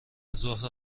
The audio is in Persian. زهره